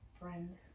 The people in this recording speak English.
friends